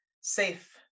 safe